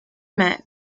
met